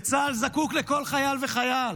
כשצה"ל זקוק לכל חייל וחייל.